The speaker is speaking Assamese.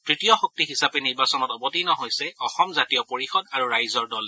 তৃতীয় শক্তি হিচাপে নিৰ্বাচনত অৱতীৰ্ণ হৈছে অসম জাতীয় পৰিযদ আৰু ৰাইজৰ দল